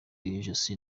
ijosi